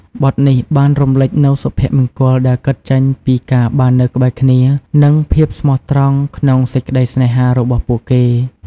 បទនេះបានរំលេចនូវសុភមង្គលដែលកើតចេញពី ការបាននៅក្បែរគ្នា និង ភាពស្មោះត្រង់ក្នុងសេចក្ដីស្នេហា របស់ពួកគេ។